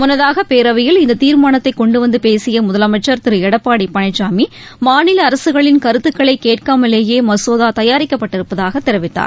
முன்னதாக பேரவையில் இந்த தீர்மானத்தை கொண்டுவந்து பேசிய முதலமைச்சர் திரு எடப்பாடி பழனிசாமி மாநில அரசுகளின் கருத்துக்களை கேட்காமலேயே மசோதா தயாரிக்கப்பட்டிருப்பதாக தெரிவித்தார்